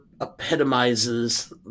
epitomizes